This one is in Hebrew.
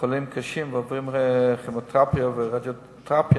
שהם חולים קשים ועוברים כימותרפיה ורדיותרפיה,